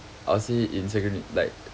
I would say in secondary like